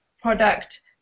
product